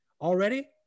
already